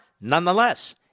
Nonetheless